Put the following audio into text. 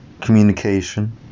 communication